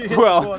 well,